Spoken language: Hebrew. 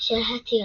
של הטירה,